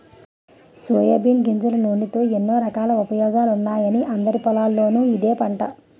soybean గింజల నూనెతో ఎన్నో రకాల ఉపయోగాలున్నాయని అందరి పొలాల్లోనూ ఇదే పంట